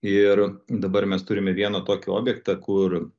ir dabar mes turime vieną tokį objektą kur